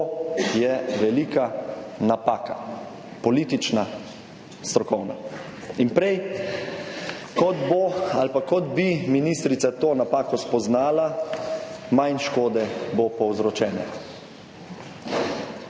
je velika napaka, politična, strokovna. In prej kot bo ali kot bi ministrica to napako spoznala, manj škode bo povzročene.